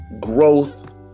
growth